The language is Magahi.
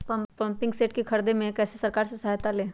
पम्पिंग सेट के ख़रीदे मे कैसे सरकार से सहायता ले?